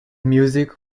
music